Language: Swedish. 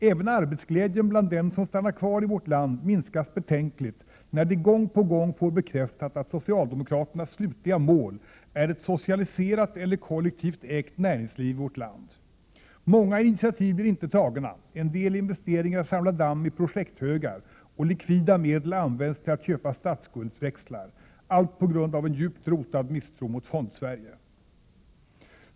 Även arbetsglädjen bland dem som stannar kvar i vårt land minskas betänkligt, när de gång på gång får bekräftat att socialdemokraternas slutliga mål är ett socialiserat eller kollektivt ägt näringsliv i vårt land. Många initiativ blir inte tagna, en del investeringar samlar damm i ”projekthögar” och likvida medel används till att köpa statsskuldsväxlar — allt på grund av en djupt rotad misstro mot Fondsverige.